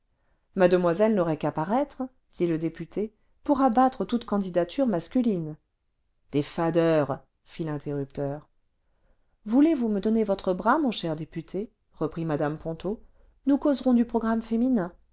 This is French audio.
mademoiselle n'aurait qu'à paraître dit le député pour abattre toute candidature masculine des fadeurs fit l'interrupteur voulez-vous me donner votre bras mon cher député reprit mme ponto nous causerons du programme féminin